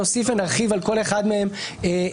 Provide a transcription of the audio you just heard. נוסיף ונרחיב על כל אחד מהם בהמשך.